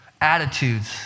attitudes